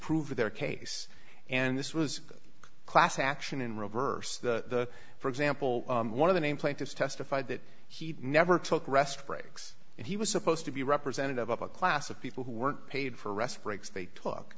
prove their case and this was a class action in reverse the for example one of the name plaintiffs testified that he never took rest breaks and he was supposed to be representative of a class of people who weren't paid for rest breaks they t